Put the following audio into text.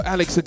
Alex